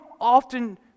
often